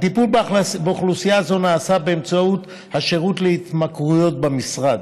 הטיפול באוכלוסייה זו נעשה באמצעות השירות להתמכרויות במשרד,